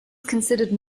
considerably